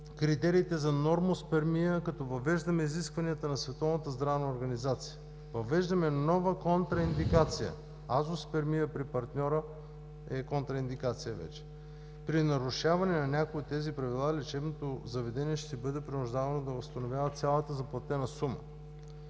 критериите за нормоспермия като въвеждаме изискванията на Световната здравна организация. Въвеждаме нова контраиндикация – азооспермия при партньора е контраиндикация вече. При нарушаване на някои от тези правила лечебното заведение ще бъде принуждавано да възстановява цялата заплатена сума.